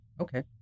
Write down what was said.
Okay